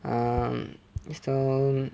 um so